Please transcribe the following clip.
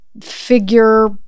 figure